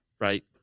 Right